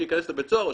שייכנס לבית סוהר,